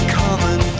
common